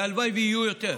הלוואי שיהיו יותר.